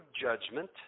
judgment